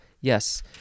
Yes